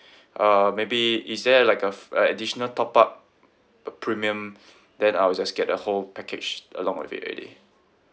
uh maybe is there like a f~ uh additional top up a premium then I will just get the whole package along with it already